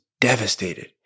devastated